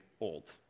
old